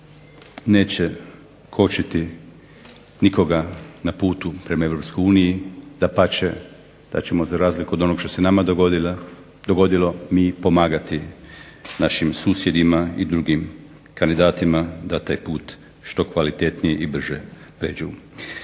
neće kočiti nikoga na putu prema EU, dapače da ćemo za razliku od onoga što se nama dogodilo mi pomagati našim susjedima i drugim kandidatima da taj put što kvalitetnije i brže pređu.